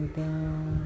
down